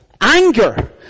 anger